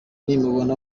nimubona